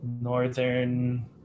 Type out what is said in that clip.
northern